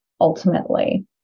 ultimately